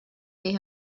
they